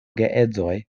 geedzoj